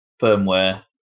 firmware